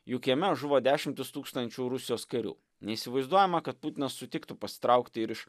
juk jame žuvo dešimtys tūkstančių rusijos karių neįsivaizduojama kad putinas sutiktų pasitraukti ir iš